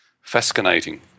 Fascinating